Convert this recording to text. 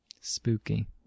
Spooky